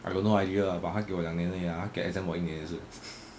I got no idea ah but 他给我两年而已 ah 他给我 exempt 一年也是